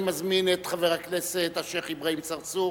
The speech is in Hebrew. אני מזמין את חבר הכנסת השיח' אברהים צרצור